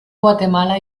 guatemala